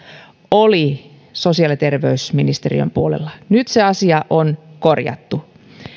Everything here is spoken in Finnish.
oli vielä sosiaali ja terveysministeriön puolella nyt se asia on korjattu